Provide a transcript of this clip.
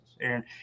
Aaron